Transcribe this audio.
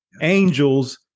angels